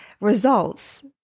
results